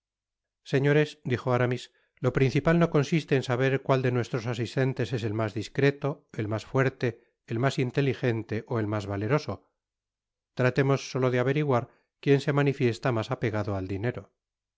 señores dijo aramis lo principal no consiste en saber cual de nuestros asistentes es el mas discreto el mas fuerte el mas intelijente ó el mas valeroso tratemos solo de averiguar quien se manifiesta mas apegado al dinero